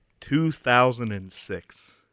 2006